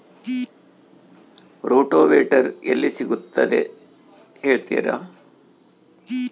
Rotavator ಎಲ್ಲಿ ಸಿಗುತ್ತದೆ ಹೇಳ್ತೇರಾ?